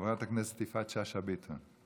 חברת הכנסת יפעת שאשא ביטון.